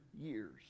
years